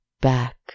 back